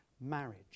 marriage